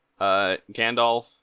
Gandalf